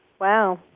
Wow